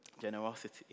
generosity